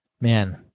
man